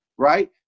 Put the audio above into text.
Right